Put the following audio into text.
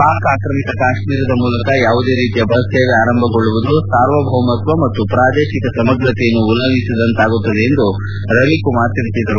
ಪಾಕ್ ಆಕ್ರಮಿತ ಕಾಶ್ಮೀರದ ಮೂಲಕ ಯಾವುದೇ ರೀತಿಯ ಬಸ್ ಸೇವೆ ಆರಂಭಗೊಳ್ಳುವುದು ಸಾರ್ವಭೌಮತ್ತ ಹಾಗೂ ಪ್ರಾದೇಶಿಕ ಸಮಗ್ರತೆಯನ್ನು ಉಲ್ಲಂಘಿಸಿದಂತಾಗುತ್ತದೆ ಎಂದು ರವೀಶ್ ಕುಮಾರ್ ಹೇಳಿದ್ದಾರೆ